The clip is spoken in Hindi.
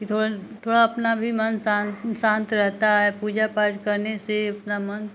कि थोड़ थोड़ा अपना भी मन शान्त शान्त रहता है पूजा पाठ करने से अपना मन